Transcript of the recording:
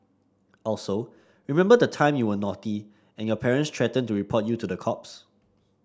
also remember the time you were naughty and your parents threatened to report you to the cops